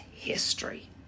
history